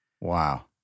Wow